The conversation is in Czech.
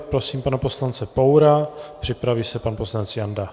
Prosím pana poslance Poura, připraví se pan poslanec Janda.